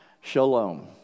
shalom